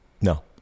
No